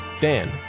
Dan